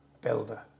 builder